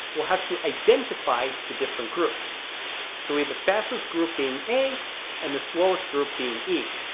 we'll have to identify the different groups so we've the fastest group being a and the slowest group being e